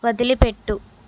వదిలిపెట్టు